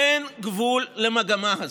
אין גבול למגמה הזו.